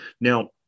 Now